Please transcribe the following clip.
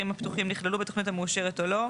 הפתוחים נכללו בתוכנית המאושרת או לא,